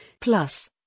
Plus